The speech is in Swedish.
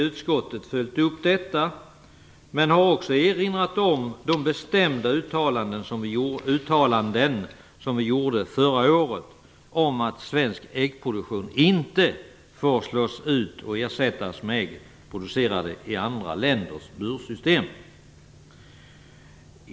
Utskottet har följt upp detta, men vi har också erinrat om de bestämda uttalanden som vi gjorde förra året om att svensk äggproduktion inte får slås ut och ersättas med ägg producerade i andra länders bursystem.